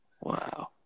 Wow